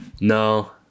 no